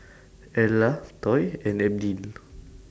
Erla Toy and Abdiel